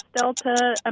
Delta